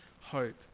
hope